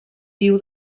guiu